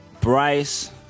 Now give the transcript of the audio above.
Bryce